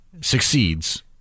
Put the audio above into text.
succeeds